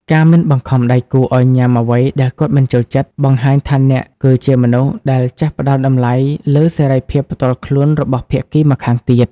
ការមិនបង្ខំដៃគូឱ្យញ៉ាំអ្វីដែលគាត់មិនចូលចិត្ត បង្ហាញថាអ្នកគឺជាមនុស្សដែលចេះផ្ដល់តម្លៃលើសេរីភាពផ្ទាល់ខ្លួនរបស់ភាគីម្ខាងទៀត។